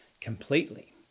completely